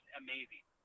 amazing